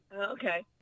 Okay